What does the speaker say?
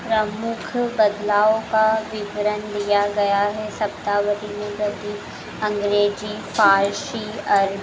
प्रमुख बदलाव का विवरण लिया गया है शब्दावली में वृद्धि अँग्रेजी फ़ारसी अरबी